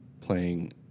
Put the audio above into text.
playing